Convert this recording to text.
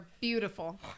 beautiful